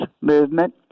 movement